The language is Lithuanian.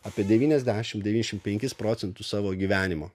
apie devyniasdešimt devyniasdešimt penkis procentus savo gyvenimo